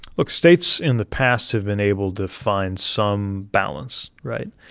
look states in the past have been able to find some balance, right?